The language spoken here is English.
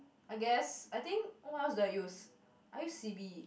I guess I think what else do I use I use C_B